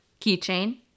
Keychain